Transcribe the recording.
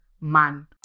man